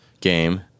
game